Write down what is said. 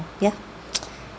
ya